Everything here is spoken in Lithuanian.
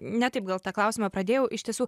ne taip gal tą klausimą pradėjau iš tiesų